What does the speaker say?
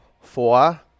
Four